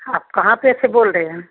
आप कहाँ पे से बोल रहे हैं